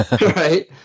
Right